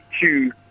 two